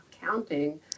counting